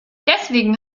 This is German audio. deswegen